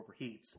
overheats